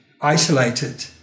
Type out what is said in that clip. isolated